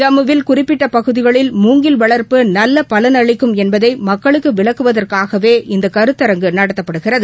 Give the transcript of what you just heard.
ஜம்மு வில் குறிப்பிட்ட பகுதிகளில் மூங்கில் வளர்ப்பு நல்ல பலன் அளிக்கும் என்பதை மக்களுக்கு விளக்குவதற்காகவே இந்த கருத்தரங்கு நடத்தப்படுகிறது